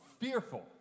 Fearful